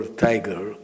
tiger